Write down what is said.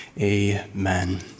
Amen